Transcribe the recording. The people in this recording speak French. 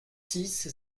six